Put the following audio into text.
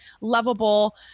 lovable